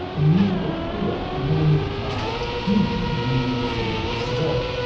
a musical trio managed by a human named david seville,